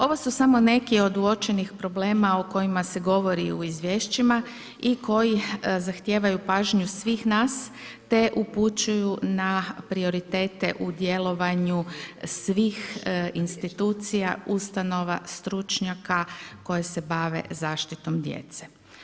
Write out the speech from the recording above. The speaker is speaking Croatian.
Ovo su samo neki od uočenih problema o kojima se govori i u izvješćima i koji zahtijevaju pažnju svih nas te upućuju na prioritete u djelovanju svih institucija, ustanova, stručnjaka koje se bave zaštitom djece.